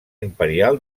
imperial